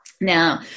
now